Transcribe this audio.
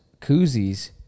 koozies